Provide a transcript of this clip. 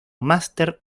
máster